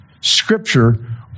Scripture